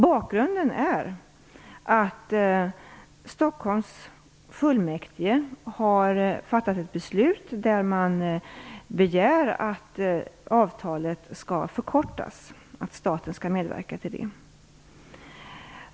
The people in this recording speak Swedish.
Bakgrunden är att Stockholms fullmäktige har fattat ett beslut där man begär att staten skall medverka till att avtalet förkortas.